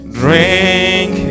drink